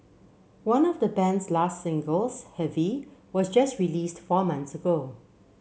one of the band's last singles heavy was just released four months ago